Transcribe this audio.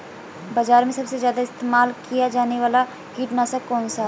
बाज़ार में सबसे ज़्यादा इस्तेमाल किया जाने वाला कीटनाशक कौनसा है?